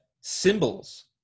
symbols